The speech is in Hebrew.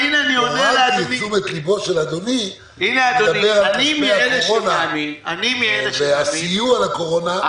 עוררתי את תשומת ליבו של אדוני לגבי כספי הקורונה והסיוע לקורונה,